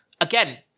again